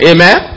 Amen